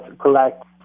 collect